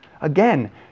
Again